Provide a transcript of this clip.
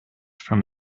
from